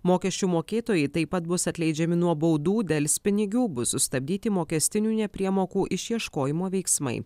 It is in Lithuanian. mokesčių mokėtojai taip pat bus atleidžiami nuo baudų delspinigių bus sustabdyti mokestinių nepriemokų išieškojimo veiksmai